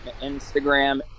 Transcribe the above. Instagram